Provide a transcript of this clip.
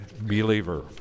believer